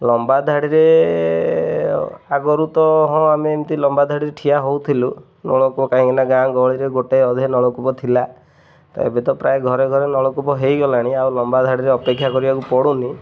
ଲମ୍ବା ଧାଡ଼ିରେ ଆଗରୁ ତ ହଁ ଆମେ ଏମିତି ଲମ୍ବା ଧାଡ଼ିରେ ଠିଆ ହଉଥିଲୁ ନଳକୂପ କାହିଁକି ନା ଗାଁ ଗହଳିରେ ଗୋଟେ ଅଧେ ନଳକୂପ ଥିଲା ତ ଏବେ ତ ପ୍ରାୟ ଘରେ ଘରେ ନଳକୂପ ହେଇଗଲାଣି ଆଉ ଲମ୍ବା ଧାଡ଼ିରେ ଅପେକ୍ଷା କରିବାକୁ ପଡ଼ୁନି